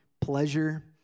pleasure